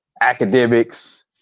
academics